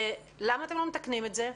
למה אתם לא מתקנים את זה?